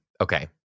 Okay